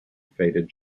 fated